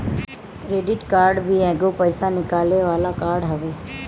credit card भी एगो पईसा निकाले वाला कार्ड हवे